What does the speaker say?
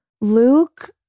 Luke